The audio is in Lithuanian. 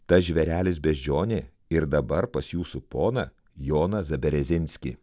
tas žvėrelis beždžionė ir dabar pas jūsų poną joną zaberezinskį